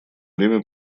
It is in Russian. время